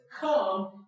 come